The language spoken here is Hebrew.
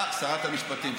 שרת המשפטים.